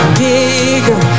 bigger